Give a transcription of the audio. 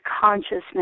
consciousness